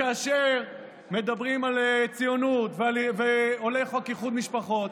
כאשר מדברים על ציונות ועולה חוק איחוד משפחות,